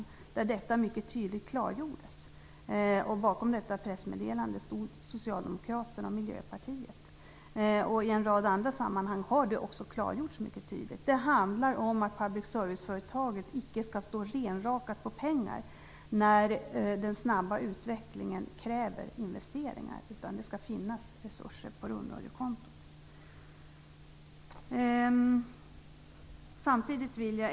Där klargjordes detta mycket tydligt. Bakom detta pressmeddelande stod Socialdemokraterna och Miljöpartiet. Också i en rad andra sammanhang har detta klargjorts mycket tydligt. Det handlar om att public service-företaget icke skall stå renrakat på pengar när den snabba utvecklingen kräver investeringar. Det skall finnas resurser på rundradiokontot.